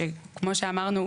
כמו שאמרנו,